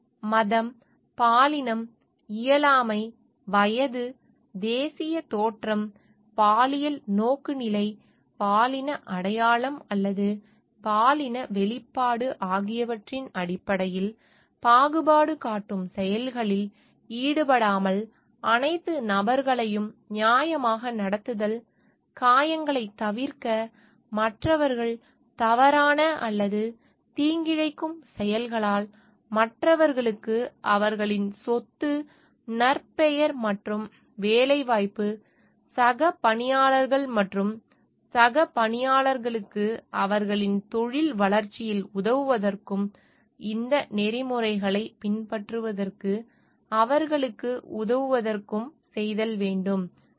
இனம் மதம் பாலினம் இயலாமை வயது தேசிய தோற்றம் பாலியல் நோக்குநிலை பாலின அடையாளம் அல்லது பாலின வெளிப்பாடு ஆகியவற்றின் அடிப்படையில் பாகுபாடு காட்டும் செயல்களில் ஈடுபடாமல் அனைத்து நபர்களையும் நியாயமாக நடத்துதல் காயங்கள் தவிர்க்க மற்றவர்கள் தவறான அல்லது தீங்கிழைக்கும் செயல்களால் மற்றவர்களுக்கு அவர்களின் சொத்து நற்பெயர் மற்றும் வேலைவாய்ப்பு சக பணியாளர்கள் மற்றும் சக பணியாளர்களுக்கு அவர்களின் தொழில் வளர்ச்சியில் உதவுவதற்கும் இந்த நெறிமுறைகளை பின்பற்றுவதற்கு அவர்களுக்கு உதவுவதற்கும் செய்தல் வேண்டும்